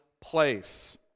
place